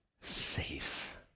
safe